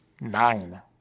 Nine